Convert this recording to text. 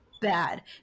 bad